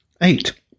eight